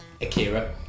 Akira